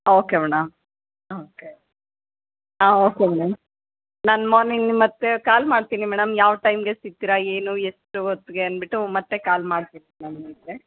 okay madam okay ಹಾಂ okay madam ನಾನು morning ನಿಮ್ಗೆ ಮತ್ತೆ ಕಾಲ್ ಮಾಡ್ತೀನಿ ಮೇಡಮ್ ಯಾವ ಟೈಮಿಗೆ ಸಿಗ್ತೀರಾ ಏನು ಎಷ್ಟು ಹೊತ್ತಿಗೆ ಅಂದ್ಬಿಟ್ಟು ಮತ್ತೆ ಕಾಲ್ ಮಾಡ್ತೀನಿ ಮೇಡಮ್ ನಿಮಗೆ